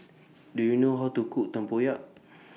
Do YOU know How to Cook Tempoyak